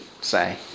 say